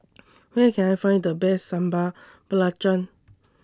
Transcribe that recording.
Where Can I Find The Best Sambal Belacan